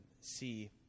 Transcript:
see